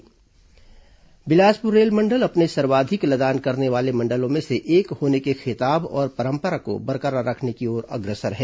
rail मंडल माल ढुलाई बिलासपुर रेल मंडल अपने सर्वाधिक लदान करने वाले मंडलों में से एक होने के खिताब और पंरपरा को बरकरार रखने की ओर अग्रसर है